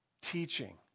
teaching